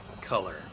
color